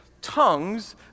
tongues